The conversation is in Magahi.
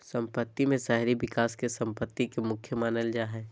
सम्पत्ति में शहरी विकास के सम्पत्ति के मुख्य मानल जा हइ